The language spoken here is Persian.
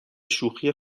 شوخی